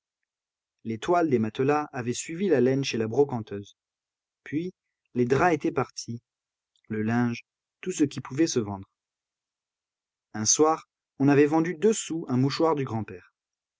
les toiles des matelas avaient suivi la laine chez la brocanteuse puis les draps étaient partis le linge tout ce qui pouvait se vendre un soir on avait vendu deux sous un mouchoir du grand-père